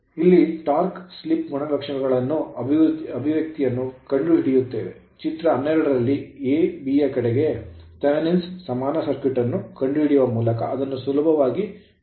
ಇಲ್ಲಿ ನಾವು torque slip torque slip ಗುಣಲಕ್ಷಣಗಳ ಅಭಿವ್ಯಕ್ತಿಯನ್ನು ಕಂಡುಕೊಳ್ಳುತ್ತೇವೆ ಚಿತ್ರ 12 ರಲ್ಲಿ A B ಯ ಎಡಕ್ಕೆ Thevenin's ಥೆವೆನ್ ಸಮಾನ ಸರ್ಕ್ಯೂಟ್ ಅನ್ನು ಕಂಡುಹಿಡಿಯುವ ಮೂಲಕ ಅದನ್ನು ಸುಲಭವಾಗಿ ಪಡೆಯಲಾಗುತ್ತದೆ